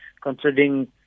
considering